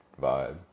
vibe